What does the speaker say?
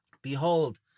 Behold